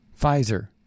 Pfizer